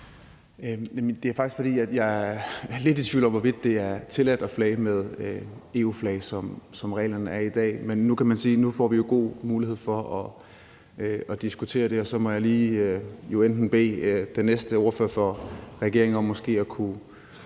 jeg er faktisk lidt i tvivl om, hvorvidt det er tilladt at flage med EU-flaget, som reglerne er i dag. Men man kan sige, at nu får vi jo en god mulighed for at diskutere det. Og så må jeg jo lige bede den næste ordfører for et af regeringspartierne